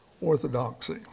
Orthodoxy